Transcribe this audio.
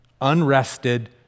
unrested